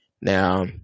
Now